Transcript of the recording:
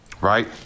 right